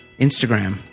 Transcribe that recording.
Instagram